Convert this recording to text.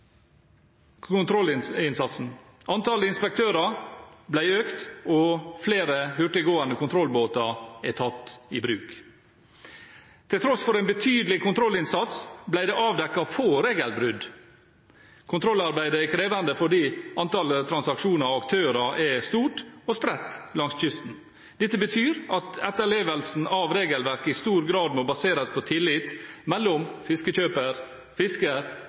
kontrollinnsatsen. Antallet inspektører ble økt, og flere hurtiggående kontrollbåter er tatt i bruk. Til tross for en betydelig kontrollinnsats ble det avdekket få regelbrudd. Kontrollarbeidet er krevende fordi antallet transaksjoner og aktører er stort og spredt langs kysten. Dette betyr at etterlevelsen av regelverket i stor grad må baseres på tillit mellom fiskekjøper, fisker